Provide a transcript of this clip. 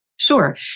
Sure